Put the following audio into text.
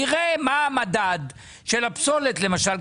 נראה מה המדד של הפסולת למשל,